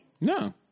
No